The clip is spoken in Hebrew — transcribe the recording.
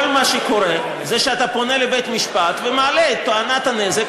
כל מה שקורה זה שאתה פונה לבית-המשפט ומעלה את תואנת הנזק,